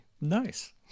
Nice